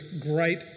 great